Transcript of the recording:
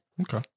Okay